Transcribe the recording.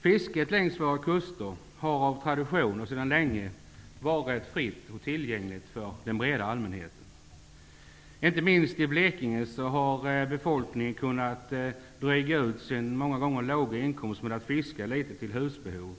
Fisket längs våra kuster har av tradition sedan länge varit fritt och tillgängligt för den breda allmänheten. Inte minst i Blekinge har befolkningen drygat ut sin många gånger låga inkomst genom att fiska litet till husbehov.